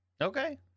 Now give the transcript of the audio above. okay